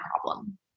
problem